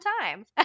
time